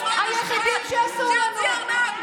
מדובר על מימון להליך משפטי.